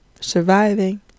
surviving